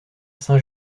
saint